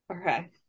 Okay